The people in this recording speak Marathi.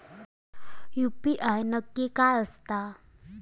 यू.पी.आय नक्की काय आसता?